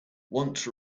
wants